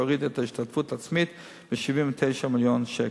מה שהוריד את ההשתתפות העצמית ב-79 מיליון שקל.